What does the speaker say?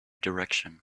direction